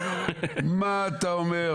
מה אתה אומר?